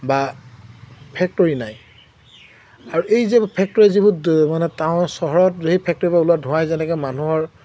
বা ফেক্টৰী নাই আৰু এই যে ফেক্টৰী যিবোৰ মানে টাউন চহৰত সেই ফেক্টৰীৰপৰা ওলোৱা ধোঁৱাই যেনেকৈ মানুহৰ